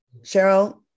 Cheryl